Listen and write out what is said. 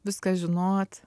viską žinot